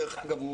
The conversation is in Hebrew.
דרך אגב,